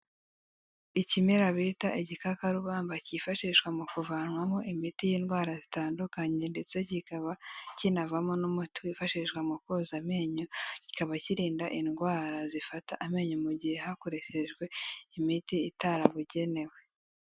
Ikimera bita igikakarubamba cyifashishwa mu kuvanwamo imiti y'indwara zitandukanye ndetse kikaba kinavamo n'umuti wifashishwa mu koza amenyo, kikaba kirinda indwara zifata amenyo mu gihe hakoreshejwe imiti itarabugenewe.